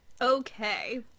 Okay